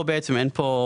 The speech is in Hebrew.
אין כאן